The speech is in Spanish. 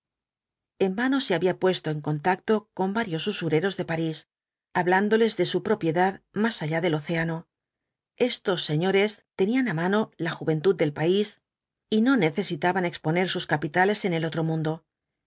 en vano se había puesto en contacto con varios usureros de parís hablándoles de su propiedad más allá del océano estos señores tenían á mano la juventud del país y no necesitaban exponer sus capitales en el otro mundo